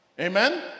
Amen